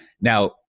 now